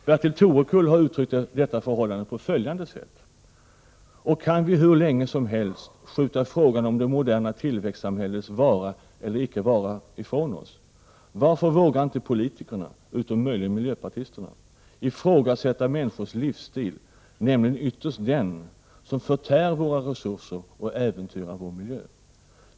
Bertil Torekull har uttryckt detta förhållande på följande sätt: ”Och kan vi hur länge som helst skjuta frågan om det moderna tillväxtsamhällets vara eller icke vara ifrån oss? Varför vågar inte politikerna ifrågasätta människornas livsstil, nämligen ytterst den som förtär våra resurser och äventyrar vår miljö.